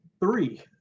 three